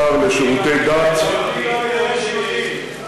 השר לשירותי דת, יהודי לא מגרש יהודים.